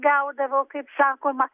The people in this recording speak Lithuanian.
gaudavo kaip sakoma